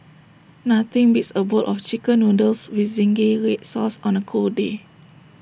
nothing beats A bowl of Chicken Noodles with Zingy Red Sauce on A cold day